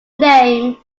name